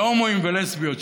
ולהומואים ולסביות,